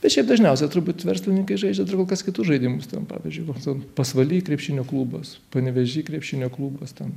bet šiaip dažniausia turbūt verslininkai žaidžia dar kol kas kitus žaidimus ten pavyzdžiui pasvaly krepšinio klubas panevėžy krepšinio klubas ten